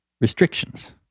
restrictions